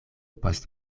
post